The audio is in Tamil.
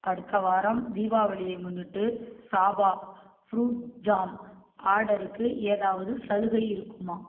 அடுத்த வாரம் தீபாவளியை முன்னிட்டு சாபா ஃப்ரூட் ஜாம் ஆடருக்கு ஏதாவது சலுகை இருக்குமா